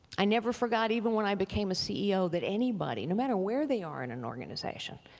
i never forgot, even when i became a ceo that anybody, no matter where they are in an organization,